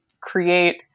create